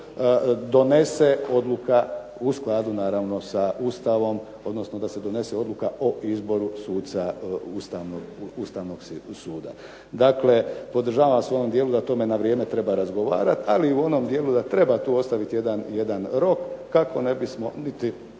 donese odluka u skladu sa Ustavom, odnosno da se donese odluka o izboru suca Ustavnog suda. Dakle, podržavam vas u ovom dijelu da o tome treba na vrijeme razgovarati, ali i u onom dijelu da tu treba ostaviti jedan rok kako ne bismo niti